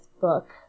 book